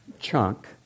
chunk